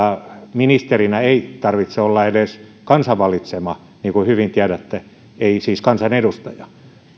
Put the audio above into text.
ministerinä ei tarvitse olla edes kansan valitsema niin kuin hyvin tiedätte ei siis kansanedustaja